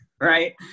right